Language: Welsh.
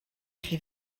chi